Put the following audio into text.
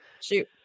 Shoot